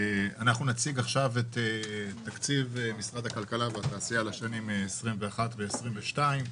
אנחנו נציג עכשיו את תקציב משרד הכלכלה והתעשייה לשנים 2021 ו-2022.